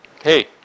hey